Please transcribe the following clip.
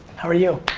how are you?